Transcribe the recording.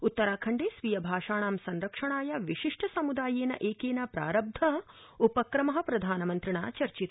उत्तराखण्डे स्वीय भाषाणां संरक्षणाय विशिष्ट सम्दायेन एकेन प्रारब्ध उपक्रम प्रधानमन्त्रिणा चर्चित